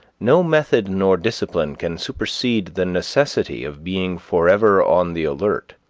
no method nor discipline can supersede the necessity of being forever on the alert.